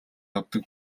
авдаг